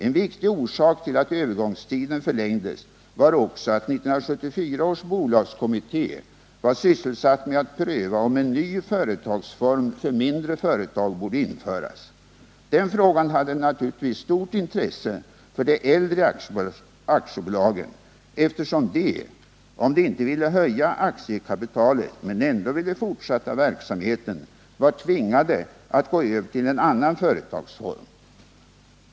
En viktig orsak till att övergångstiden förlängdes var också att 1974 års bolagskommitté var sysselsatt med att pröva om en ny företagsform för mindre företag borde införas. Den frågan hade naturligtvis stort intresse för de äldre aktiebolagen, eftersom de — om de inte ville höja aktiekapitalet men ändå ville fortsätta verksamheten — var tvingade att gå över till en annan företagsform.